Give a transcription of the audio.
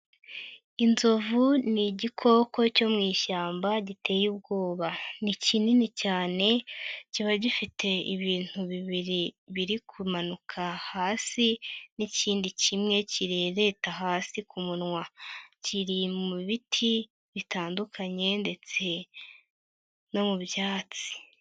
Inzovu ni igikoko cyo mu ishyamba giteye ubwoba, ni kinini cyane, kiba gifite ibintu bibiri biri kumanuka hasi n'ikindi kimwe kirereta hasi ku munwa, kiri mu biti bitandukanye ndetse no mu byatsi.